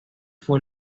fue